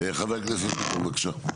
חה"כ ביטון בבקשה.